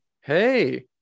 hey